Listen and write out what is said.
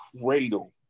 cradle